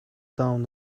down